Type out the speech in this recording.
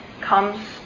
comes